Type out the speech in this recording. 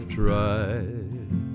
tried